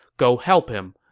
go help him,